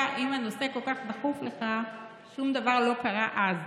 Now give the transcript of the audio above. אם הנושא כל כך דחוף לך, מדוע שום דבר לא קרה אז.